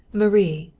marie,